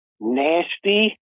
nasty